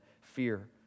fear